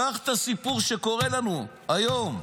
קח את הסיפור שקורה לנו היום.